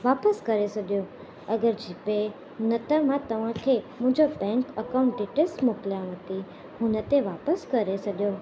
वापिसि करे छ्ॾियो अगरि जी पे न त मां तव्हांखे मुंहिंजो बैंक अकाउंट डिटेल्स मोकिलियाव थी हुन ते वापिसि करे छॾियो